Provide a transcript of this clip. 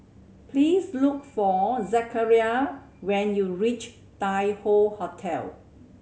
please look for Zachariah when you reach Tai Hoe Hotel